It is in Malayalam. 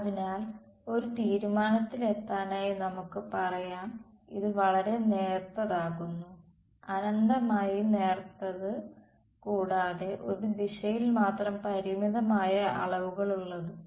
അതിനാൽ ഒരു തീരുമാനത്തിൽ എത്താനായി നമുക്ക് പറയാം ഇത് വളരെ നേർത്തതാകുന്നു അനന്തമായി നേർത്തത് കൂടാതെ ഒരു ദിശയിൽ മാത്രം പരിമിതമായ അളവുകളുള്ളതും